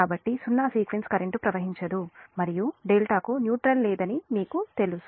కాబట్టి సున్నా sequence current ప్రవహించదు మరియు డెల్టాకు న్యూట్రల్ లేదని మీకు తెలుసు